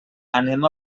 anem